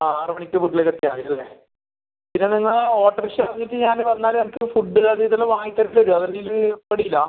ആ ആറ് മണിക്ക് വീട്ടിലേക്ക് എത്തിയാൽ മതി അല്ലേ പിന്നെ നിങ്ങൾ ഓട്ടോറിക്ഷ വന്നിട്ട് ഞാൻ വന്നാൽ എനിക്ക് ഫുഡ്ഡ് അത് ഇതെല്ലം വാങ്ങി തരുമോ അതിൽ പെടില്ല